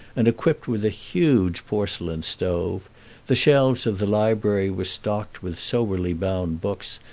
and equipped with a huge porcelain stove the shelves of the library were stocked with soberly bound books,